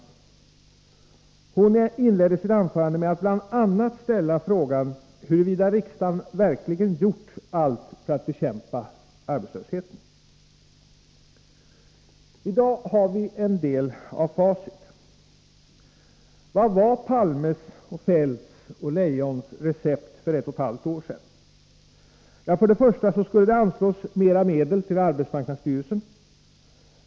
Hon inledde sitt anförande med att bl.a. ställa frågan huruvida riksdagen verkligen gjort allt för att bekämpa arbetslösheten. I dag har vi en del av facit. Vad var Palmes, Feldts och Leijons recept för ett och ett halvt år sedan? Ja, för det första skulle det anslås mera medel till arbetsmarknadsstyrelsen.